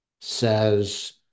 says